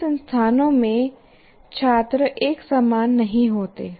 सभी संस्थानों में छात्र एक समान नहीं होते